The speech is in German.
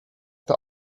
der